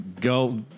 Go